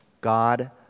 God